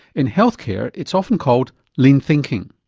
in healthcare it's often called lean thinking.